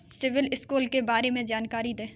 CIBIL score के बारे में जानकारी दें?